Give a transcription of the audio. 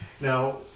now